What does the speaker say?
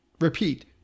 Repeat